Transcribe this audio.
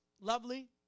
lovely